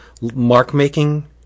mark-making